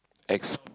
X